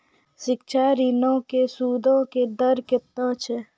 शिक्षा ऋणो के सूदो के दर केतना छै?